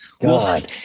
God